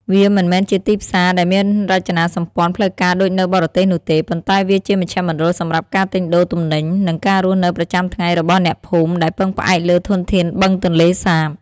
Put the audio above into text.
វាមិនមែនជាទីផ្សារដែលមានរចនាសម្ព័ន្ធផ្លូវការដូចនៅបរទេសនោះទេ ប៉ុន្តែវាជាមជ្ឈមណ្ឌលសម្រាប់ការទិញដូរទំនិញ និងការរស់នៅប្រចាំថ្ងៃរបស់អ្នកភូមិដែលពឹងផ្អែកលើធនធានបឹងទន្លេសាប។